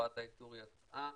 ועדת האיתור יצאה,